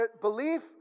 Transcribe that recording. Belief